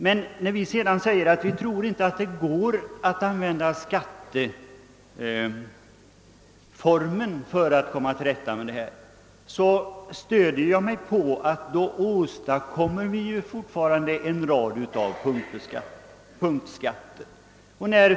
Men när jag sedan säger att vi inte tror att det går att använda skatteformen för att komma till rätta med problemen stöder jag mig på att vi i så fall fortfarande åstadkommer en rad punktskatter.